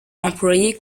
employé